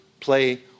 play